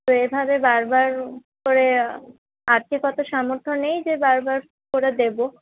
তো এইভাবে বারবার করে আর্থিক অত সামর্থ্য নেই যে বারবার করে দেবো